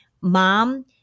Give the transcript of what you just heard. mom